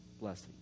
blessing